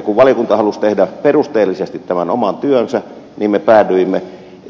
kun valiokunta halusi tehdä perusteellisesti oman työnsä me päädyimme